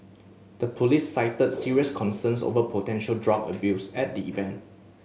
the police cited serious concerns over potential drug abuse at the event